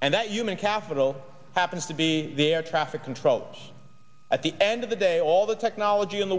and that human capital happens to be their traffic controllers at the end of the day all the technology in the